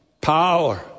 power